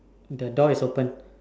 the door is open